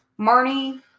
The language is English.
Marnie